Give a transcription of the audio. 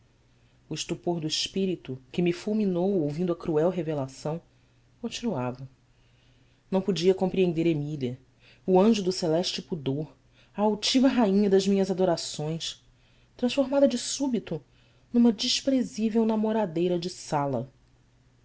o estupor do espírito que me fulminou ouvindo a cruel revelação continuava não podia compreender emília o anjo do celeste pudor a altiva rainha das minhas adorações transformada de súbito numa desprezível namoradeira de sala